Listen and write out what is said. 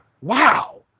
wow